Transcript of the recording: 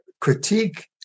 critique